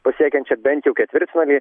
pasiekiančią bent jau ketvirtfinalį